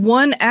one